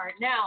Now